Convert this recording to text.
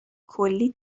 کلی